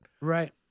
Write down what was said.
right